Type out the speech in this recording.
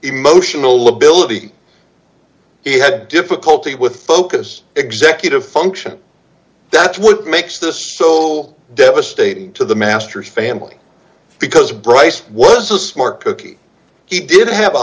emotional lability he had difficulty with focus executive function that's what makes this so devastating to the master's family because bryce was a smart cookie he didn't have a